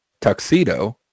tuxedo